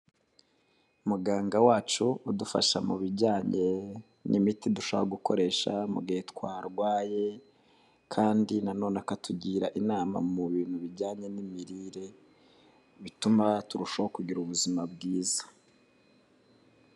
Muganga wacu udufasha mu bijyanye n'imiti dushobora gukoresha mu gihe twarwaye kandi nanone akatugira inama mu bintu bijyanye n'imirire bituma turushaho kugira ubuzima bwiza.